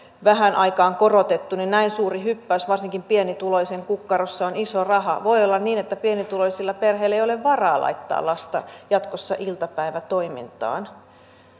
vähään aikaan korotettu niin näin suuri hyppäys varsinkin pienituloisen kukkarossa on iso raha voi olla niin että pienituloisilla perheillä ei ole varaa laittaa lasta jatkossa iltapäivätoimintaan